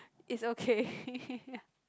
it's okay